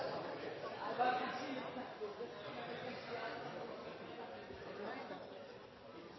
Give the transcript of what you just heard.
Det vil si at det